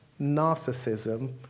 narcissism